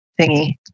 thingy